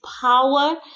power